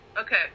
okay